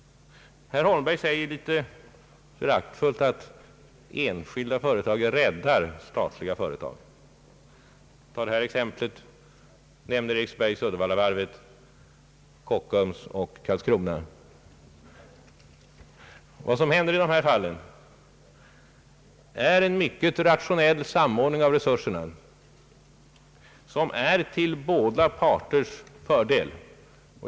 Herr Holmberg säger litet föraktfullt att enskilda företag räddar statliga företag och nämner Eriksbergs varv och Uddevallavarvet, Kockums och Karlskronavarvet. Vad som har hänt i dessa fall är en mycket rationell samordning av resurserna som är till båda parters fördel.